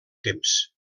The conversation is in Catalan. temps